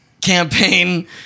campaign